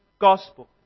gospel